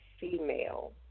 female